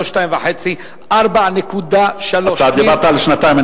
לא 2.5, 4.3. אתה דיברת על שנתיים.